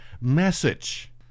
message